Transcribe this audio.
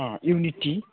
अह unity